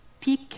pick